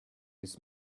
his